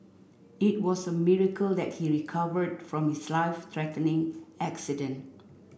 it was a miracle that he recovered from his life threatening accident